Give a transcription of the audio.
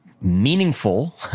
meaningful